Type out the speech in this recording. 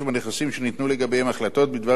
לגביהם החלטות בדבר זכותו של יורש בנכס,